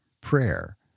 prayer